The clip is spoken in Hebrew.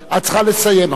את צריכה לסיים עכשיו.